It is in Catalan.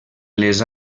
les